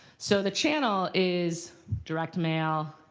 so the channel is direct mail,